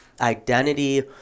identity